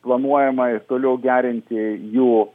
planuojama ir toliau gerinti jų